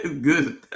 Good